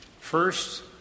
First